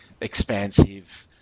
expansive